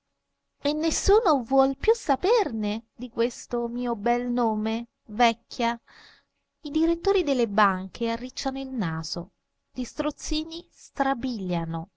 e nessuno vuol più saperne di questo mio bel nome vecchia i direttori delle banche arricciano il naso gli strozzini strabiliano